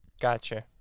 Gotcha